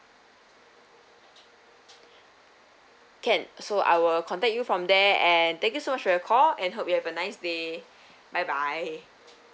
can so I will contact you from there and thank you so much for your call and hope you have a nice day bye bye